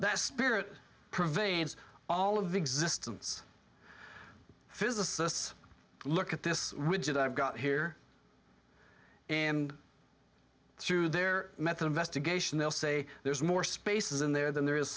that spirit pervades all of existence physicists look at this widget i've got here and through their method investigation they'll say there's more spaces in there than there is